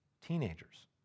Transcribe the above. teenagers